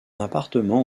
appartement